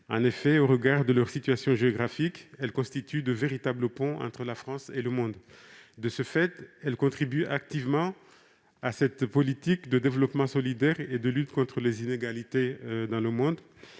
En effet, au regard de leur situation géographique, ces collectivités constituent de véritables ponts entre la France et le monde. De ce fait, elles contribuent activement à cette politique de développement solidaire et de lutte contre les inégalités. Avec le soutien